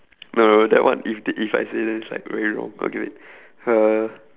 no that one if they if I say then it's like very wrong okay wait uh